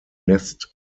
nest